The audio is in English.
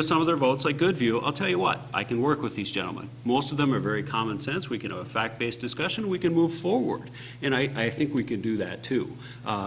with some of their votes a good view on tell you what i can work with these gentlemen most of them are very commonsense we can fact based discussion we can move forward and i think we can do that too